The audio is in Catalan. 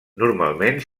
normalment